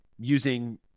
using